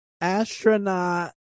astronaut